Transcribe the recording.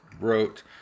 wrote